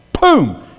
boom